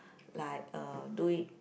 like uh do it